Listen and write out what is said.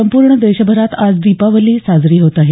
संपूर्ण देशभरात आज दीपावली साजरी होत आहे